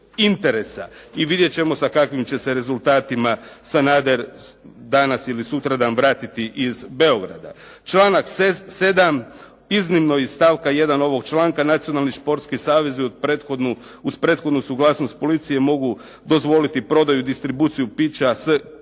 interesa. I vidjet ćemo sa kakvim će se rezultatima Sanader danas ili sutradan vratiti iz Beograda. Članak 7. iznimno iz stavka 1. ovog članka nacionalni športski savezi uz prethodnu suglasnost policije mogu dozvoliti prodaju, distribuciju pića s